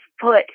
foot